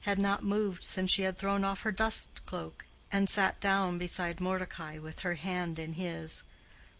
had not moved since she had thrown off her dust-cloak and sat down beside mordecai with her hand in his,